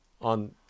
on